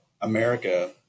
America